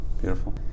beautiful